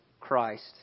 Christ